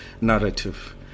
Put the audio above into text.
narrative